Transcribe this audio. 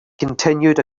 continued